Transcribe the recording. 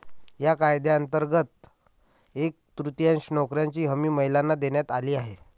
या कायद्यांतर्गत एक तृतीयांश नोकऱ्यांची हमी महिलांना देण्यात आली आहे